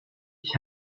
ich